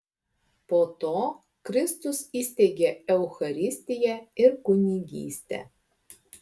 po to kristus įsteigė eucharistiją ir kunigystę